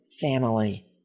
family